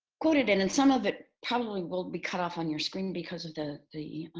quoted, and and some of it probably will be cut off on your screen because of the the